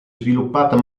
sviluppata